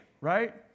right